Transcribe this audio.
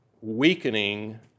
weakening